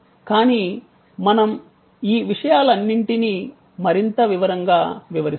కానీ మనం ఈ విషయాలన్నింటినీ మరింత వివరంగా వివరిస్తాము